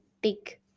big